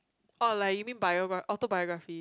oh like you mean biograph~ autobiography